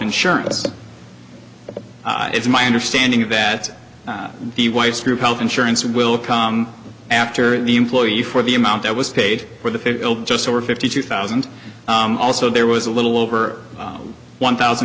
insurance it's my understanding that the wife's group health insurance will come after the employee for the amount that was paid for the just over fifty two thousand also there was a little over one thousand